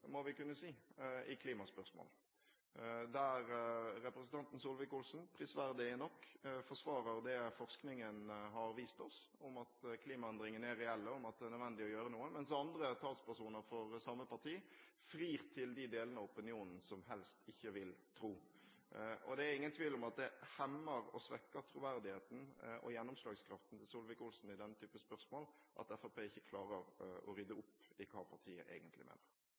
må kunne si framstår med en noe sprikende profil i klimaspørsmål. Representanten Solvik-Olsen forsvarer prisverdig nok det forskningen har vist oss om at klimaendringene er reelle, og at det er nødvendig å gjøre noe, mens andre talspersoner for samme parti frir til de delene av opinionen som helst ikke vil tro. Det er ingen tvil om at det hemmer og svekker troverdigheten og gjennomslagskraften til Solvik-Olsen i denne typen spørsmål at Fremskrittspartiet ikke klarer å rydde opp i hva partiet egentlig mener.